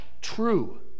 true